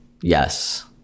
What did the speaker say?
Yes